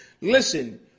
Listen